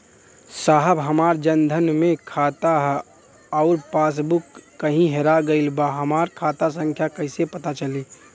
साहब हमार जन धन मे खाता ह अउर पास बुक कहीं हेरा गईल बा हमार खाता संख्या कईसे पता चली?